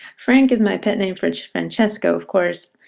frank is my pet name for francesco, of course,